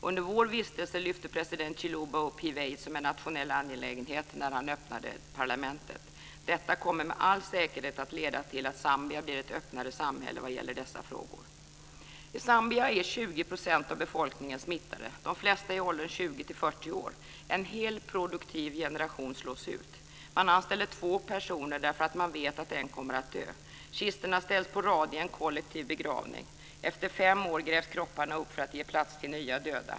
Under vår vistelse lyfte president Chiluba upp hiv/aids som en nationell angelägenhet när han öppnade parlamentet. Detta kommer med all säkerhet att leda till att Zambia blir ett öppnare samhälle vad gäller dessa frågor. I Zambia är 20 % av befolkningen smittad. De flesta är i åldern 20-40 år. En hel produktiv generation slås ut. Man anställer två personer därför att man vet att en kommer att dö. Kistorna ställs på rad i en kollektiv begravning. Efter fem år grävs kropparna upp för att ge plats till nya döda.